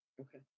Okay